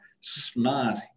smart